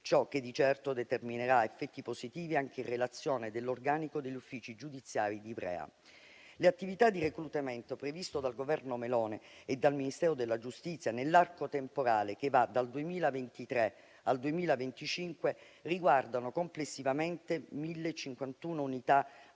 ciò che di certo determinerà effetti positivi anche in relazione all'organico degli uffici giudiziari di Ivrea. Le attività di reclutamento previste dal Governo Meloni e dal Ministero della giustizia nell'arco temporale che va dal 2023 al 2025 riguardano complessivamente 1.051 unità